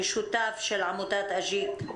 משותף של עמותת "אג'יק".